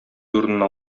урынына